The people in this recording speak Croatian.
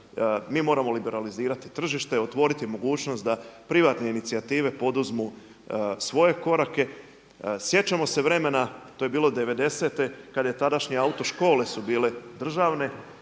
Mi moramo liberalizirati tržište, otvoriti mogućnost da privatne inicijative poduzmu svoje korake. Sjećamo se vremena, to je bilo '90.-te kada je tadašnje autoškole su bile državne,